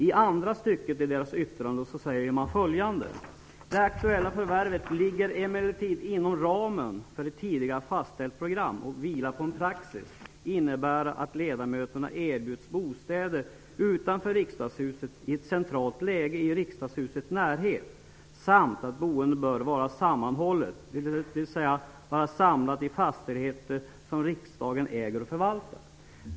I andra stycket i yttrandet säger man följande: "Det aktuella förvärvet ligger emellertid inom ramen för ett tidigare fastställt program och vilar på en praxis, innebärande att ledamöterna erbjuds bostäder utanför riksdagshuset, i centralt läge i riksdagshusets närhet, samt att boendet bör vara sammanhållet, dvs. vara samlat i fastigheter som riksdagen äger och förvaltar."